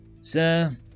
Sir